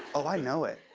oh, i know it.